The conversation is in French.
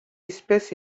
espèce